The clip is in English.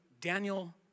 Daniel